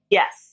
yes